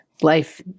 life